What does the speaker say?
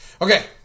okay